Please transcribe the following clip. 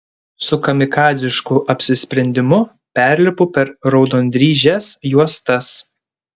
su kamikadzišku apsisprendimu perlipu per raudondryžes juostas